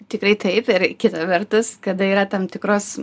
tikrai taip ir kita vertus kada yra tam tikros